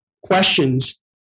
questions